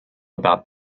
about